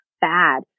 bad